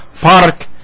Park